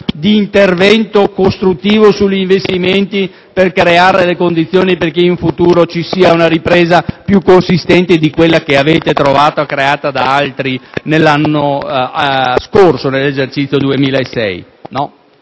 di intervento costruttivo sugli investimenti per creare le condizioni perché in futuro ci sia una ripresa più consistente di quella che avete trovato, creata da altri, l'anno scorso, nell'esercizio 2006?